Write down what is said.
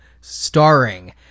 starring